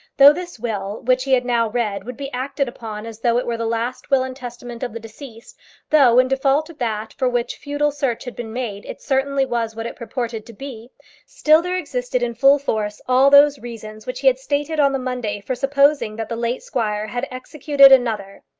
though this will, which he had now read, would be acted upon as though it were the last will and testament of the deceased though, in default of that for which futile search had been made, it certainly was what it purported to be still there existed in full force all those reasons which he had stated on the monday for supposing that the late squire had executed another.